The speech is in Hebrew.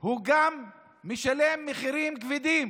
גם משלם מחירים כבדים